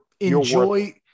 Enjoy